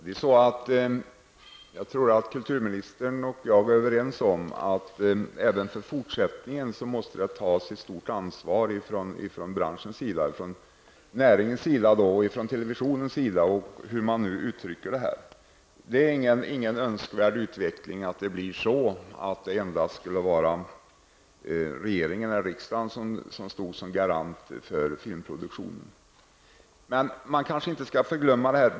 Herr talman! Kulturministern och jag är nog överens om att det även i fortsättningen måste tas ett stort ansvar från branschens sida, dvs. från näringens och televisionens sida. Det är ingen önskvärd utveckling att endast regeringen eller riksdagen skall stå som garant för filmproduktionen.